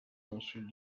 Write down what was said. consul